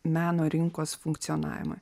meno rinkos funkcionavimui